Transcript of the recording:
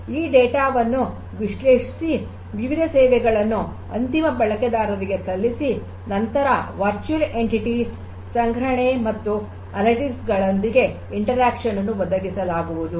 ಈ ಡೇಟಾವನ್ನು ವಿಶ್ಲೇಷಿಸಿ ವಿವಿಧ ಸೇವೆಗಳನ್ನು ಅಂತಿಮ ಬಳಕೆದಾರರಿಗೆ ಸಲ್ಲಿಸಿ ನಂತರ ವರ್ಚುಯಲ್ ಘಟಕಗಳ ಸಂಗ್ರಹಣೆ ಮತ್ತು ಅನಲಿಟಿಕ್ಸ್ ಗಳೊಂದಿಗೆ ಪರಸ್ಪರ ಕ್ರಿಯೆಯನ್ನು ಒದಗಿಸಲಾಗುವುದು